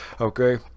okay